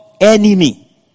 enemy